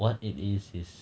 what it is is